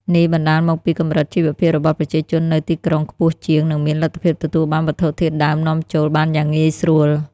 នេះបណ្ដាលមកពីកម្រិតជីវភាពរបស់ប្រជាជននៅទីក្រុងខ្ពស់ជាង និងមានលទ្ធភាពទទួលបានវត្ថុធាតុដើមនាំចូលបានយ៉ាងងាយស្រួល។